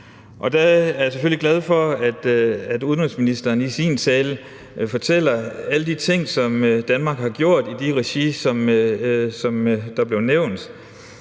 Der er jeg selvfølgelig glad for, at udenrigsministeren i sin tale fortalte om alle de ting, som Danmark har gjort i de regi, der blev nævnt.